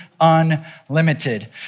unlimited